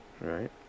Right